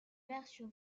version